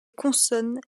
consonnes